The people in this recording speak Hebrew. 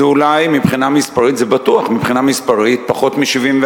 מבחינה מספרית זה בטוח פחות מ-74.